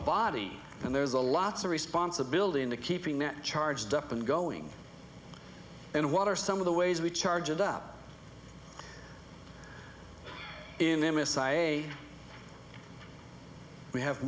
body and there's a lots of responsibility in the keeping that charged up and going and what are some of the ways we charge it up in a messiah a we have